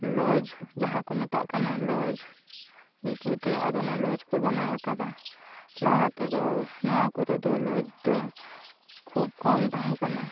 ᱞᱚᱡᱽ ᱡᱟᱦᱟᱸ ᱠᱚ ᱢᱮᱛᱟᱜ ᱠᱟᱱᱟ ᱞᱚᱡᱽ ᱫᱤᱠᱩᱛᱮ ᱟᱫᱚ ᱚᱱᱟ ᱞᱚᱡᱽ ᱠᱚ ᱵᱮᱱᱟᱣ ᱟᱠᱟᱫᱟ ᱞᱟᱦᱟᱛᱮᱫᱚ ᱱᱚᱣᱟ ᱠᱚᱨᱮᱫᱚ ᱞᱚᱡᱽ ᱫᱚ ᱠᱷᱩᱵᱽ ᱠᱚᱢ ᱛᱟᱦᱮᱸ ᱠᱟᱱᱟ